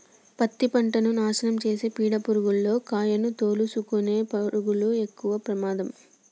పత్తి పంటను నాశనం చేసే పీడ పురుగుల్లో కాయను తోలుసుకునే పురుగులు ఎక్కవ ప్రమాదం